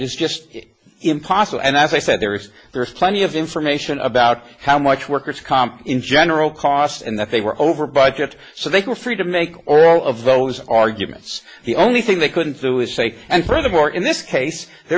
is just impossible and as i said there is plenty of information about how much workers comp in general costs and that they were over budget so they were free to make all of those arguments the only thing they couldn't do is say and friend of or in this case there